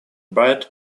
bed